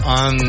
on